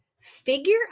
Figure